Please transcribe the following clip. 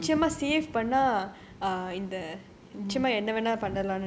பரவால்லன்னு நினைக்குறேன்:paravaallanu ninaikuraen